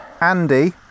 Andy